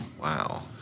Wow